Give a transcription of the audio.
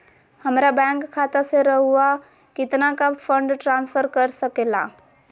हमरा बैंक खाता से रहुआ कितना का फंड ट्रांसफर कर सके ला?